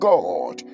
God